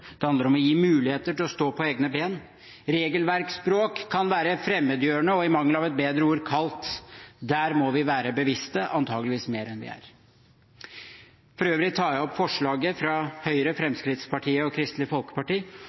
det handler om å gi muligheter til å stå på egne ben. Regelverksspråk kan være fremmedgjørende og – i mangel av et bedre ord – kaldt. Der må vi være bevisste – antageligvis mer enn vi er. For øvrig tar jeg opp forslaget fra Høyre, Fremskrittspartiet og Kristelig Folkeparti.